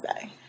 say